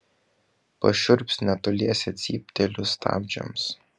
pašiurps netoliese cyptelėjus stabdžiams